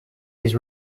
his